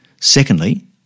Secondly